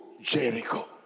Jericho